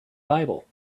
bible